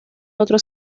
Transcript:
otro